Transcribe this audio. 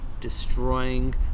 destroying